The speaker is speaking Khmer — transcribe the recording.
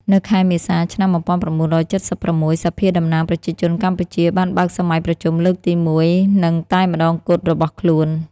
នៅខែមេសា ឆ្នាំ១៩៧៦ សភាតំណាងប្រជាជនកម្ពុជា បានបើកសម័យប្រជុំលើកទីមួយនិងតែម្ដងគត់របស់ខ្លួន។